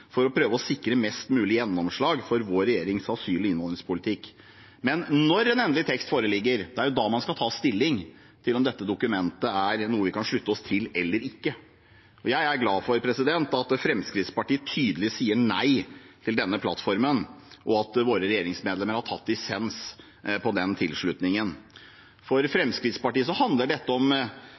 for å prøve å sikre mest mulig gjennomslag for vår regjerings asyl- og innvandringspolitikk. Men det er når en endelig tekst foreligger, at man skal ta stilling til om dette dokumentet er noe vi kan slutte oss til eller ikke. Jeg er glad for at Fremskrittspartiet tydelig sier nei til denne plattformen, og at våre regjeringsmedlemmer har tatt dissens på den tilslutningen. For Fremskrittspartiet handler dette om